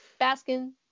Baskin